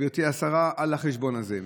גברתי השרה, על החשבון הזה.